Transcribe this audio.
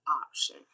option